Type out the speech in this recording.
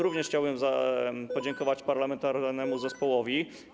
Również chciałbym podziękować parlamentarnemu zespołowi.